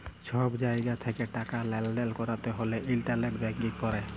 ছব জায়গা থ্যাকে টাকা লেলদেল ক্যরতে হ্যলে ইলটারলেট ব্যাংকিং ক্যরে